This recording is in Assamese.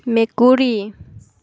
মেকুৰী